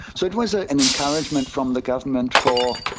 so it was ah an encouragement from the government for,